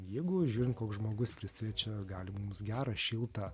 jeigu žiūrin koks žmogus prisiliečia gali mums gera šilta